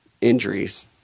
injuries